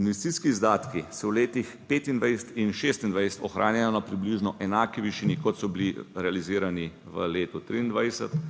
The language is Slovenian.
Investicijski izdatki se v letih 2025 in 2026 ohranjajo na približno enaki višini kot so bili realizirani v letu 2023,